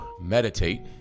meditate